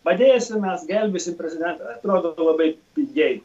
padėsim mes gelbėsim prezidentą atrodo labai pigiai